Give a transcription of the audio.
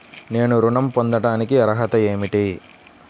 నేను ఋణం పొందటానికి అర్హత ఏమిటి?